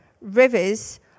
rivers